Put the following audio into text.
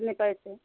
कितने पैसे